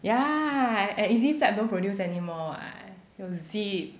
yeah and easy flap don't produce anymore eh 有 zip